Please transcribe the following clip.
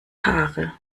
haare